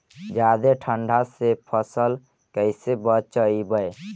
जादे ठंडा से फसल कैसे बचइबै?